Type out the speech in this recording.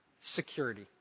Security